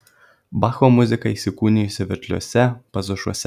bacho muzika įsikūnijusi veržliuose pasažuose